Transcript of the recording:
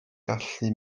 gallu